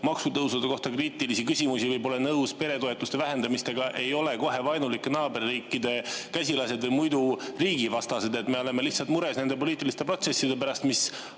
maksutõusude kohta kriitilisi küsimusi või pole nõus peretoetuste vähendamisega, ei ole kohe vaenulike naaberriikide käsilased või muidu riigivastased? Me oleme lihtsalt mures nende poliitiliste protsesside pärast, mis